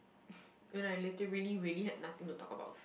when I literally really had nothing to talk about